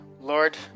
Lord